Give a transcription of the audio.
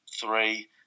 three